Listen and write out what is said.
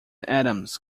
adams